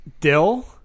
Dill